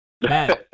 man